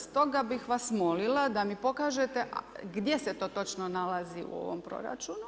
Stoga bih vas molila da mi pokažete gdje se to točno nalazi u ovom proračunu.